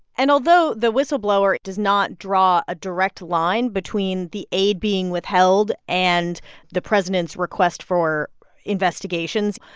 and although the whistleblower does not draw a direct line between the aid being withheld and the president's request for investigations,